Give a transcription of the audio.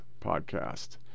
podcast